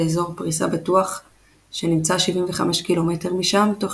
לאזור פריסה בטוח שנמצא 75 ק"מ משם תוך